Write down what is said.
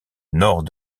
nord